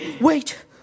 wait